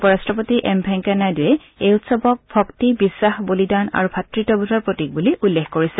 উপ ৰাট্টপতি এম ভেংকায়া নাইডুৱে এই উৎসৱক ভক্তি বিশ্বাস বলিদান আৰু ভাতৃত্ববোধৰ প্ৰতীক বুলি উল্লেখ কৰিছে